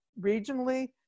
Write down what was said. regionally